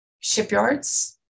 Shipyards